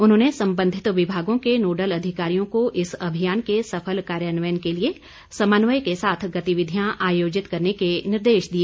उन्होंने संबंधित विभागों के नोडल अधिकारियों को इस अभियान के सफल कार्यान्वयन के लिए समन्वय के साथ गतिविधियां आयोजित करने के निर्देश दिए